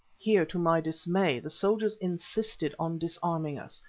here to my dismay the soldiers insisted on disarming us,